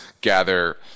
gather